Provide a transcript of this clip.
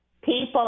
people